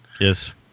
Yes